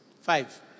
Five